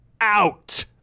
out